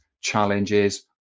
challenges